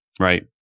right